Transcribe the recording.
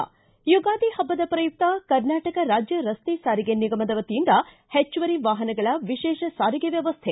ಿ ಯುಗಾದಿ ಹಬ್ಬದ ಪ್ರಯುಕ್ತ ಕರ್ನಾಟಕ ರಾಜ್ಯ ರಸ್ತೆ ಸಾರಿಗೆ ನಿಗಮದ ವತಿಯಿಂದ ಹೆಚ್ಚುವರಿ ವಾಹನಗಳ ವಿಶೇಷ ಸಾರಿಗೆ ವ್ಯವಸ್ಥೆ